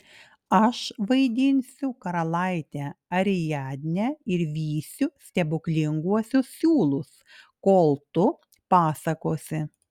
aš vaidinsiu karalaitę ariadnę ir vysiu stebuklinguosius siūlus kol tu pasakosi